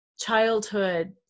childhood